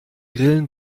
grillen